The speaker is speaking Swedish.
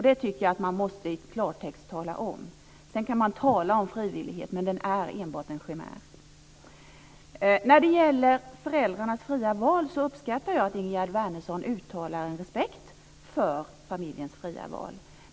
Det måste man tala om i klartext. Man kan tala om frivillighet, men den är enbart en chimär. Jag uppskattar att Ingegerd Wärnersson uttalar en respekt för familjens fria val.